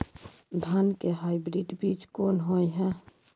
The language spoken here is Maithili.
धान के हाइब्रिड बीज कोन होय है?